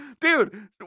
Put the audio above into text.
dude